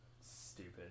Stupid